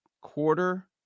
quarter